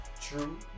true